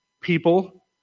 people